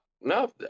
No